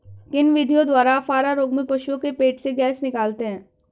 किन विधियों द्वारा अफारा रोग में पशुओं के पेट से गैस निकालते हैं?